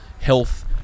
health